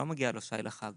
לא מגיע לו שי לחג.